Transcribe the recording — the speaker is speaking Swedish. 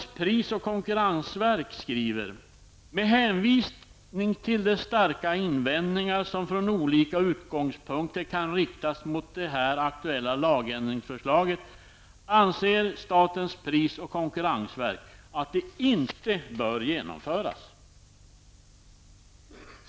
''Med hänvisning till de starka invändningar som från olika utgångspunkter kan riktas mot det här aktuella lagändringsförslaget, anser SPK att det inte bör genomföras.''